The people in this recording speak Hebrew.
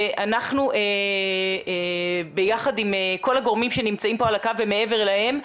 ואנחנו ביחד עם כל הגורמים שנמצאים פה על הקו ומעבר להם,